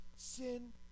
Sin